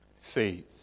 Faith